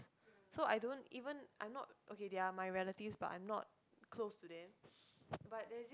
so I don't even I'm not okay they are my relatives but I'm not clost to them but there's